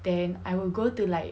then I will go to like